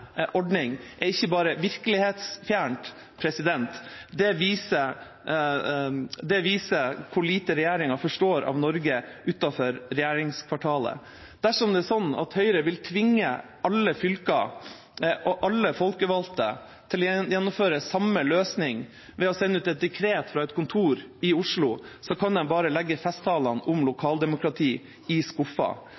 er ikke bare virkelighetsfjernt, det viser hvor lite regjeringa forstår av Norge utenfor regjeringskvartalet. Dersom det er sånn at Høyre vil tvinge alle fylker og alle folkevalgte til å gjennomføre samme løsning ved å sende ut et dekret fra et kontor i Oslo, kan de bare legge festtalene om